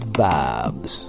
vibes